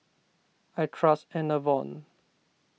I trust Enervon